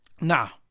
now